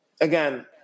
again